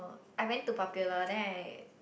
I went to Popular then I